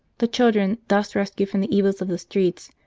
the children, thus rescued from the evils of the streets,